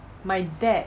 my dad